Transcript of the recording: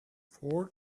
four